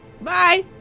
bye